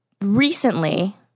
recently